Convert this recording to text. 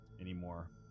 anymore